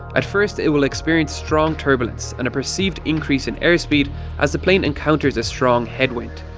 at first it will experience strong turbulence and a perceived increase in airspeed as the plane encounters a strong headwind,